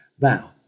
Now